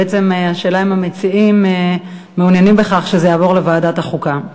האם המציעים מעוניינים שהנושא יעבור לוועדת החוקה?